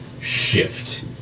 shift